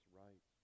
right